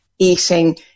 eating